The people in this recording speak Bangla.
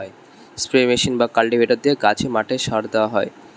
স্প্রে মেশিন বা কাল্টিভেটর দিয়ে গাছে, মাঠে সার দেওয়া হয়